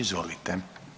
Izvolite.